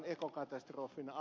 arvoisa puhemies